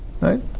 Right